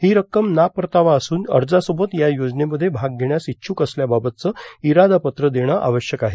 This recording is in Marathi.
ही रक्कम नापरतावा असून अर्जासोबत या योजनेमध्ये भाग घेण्यास इच्छूक असल्याबाबतचं इरादापत्र देणं आवश्यक आहे